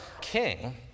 king